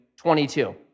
22